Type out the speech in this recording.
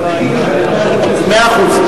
מאה אחוז.